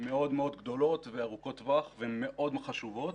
מאוד מאוד גדולות וארוכות-טווח ומאוד חשובות